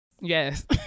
Yes